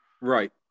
right